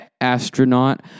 Astronaut